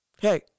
hey